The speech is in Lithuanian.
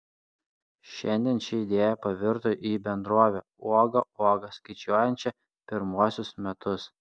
šiandien ši idėja pavirto į bendrovę uoga uoga skaičiuojančią pirmuosius metus